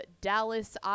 Dallas